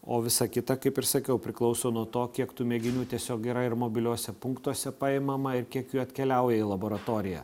o visa kita kaip ir sakiau priklauso nuo to kiek tų mėginių tiesiog yra ir mobiliuose punktuose paimama ir kiek jų atkeliauja į laboratoriją